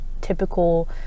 typical